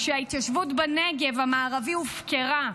כשההתיישבות בנגב המערבי הופקרה,